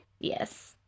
Yes